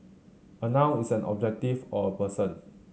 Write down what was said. a noun is an objective or a person